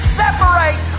separate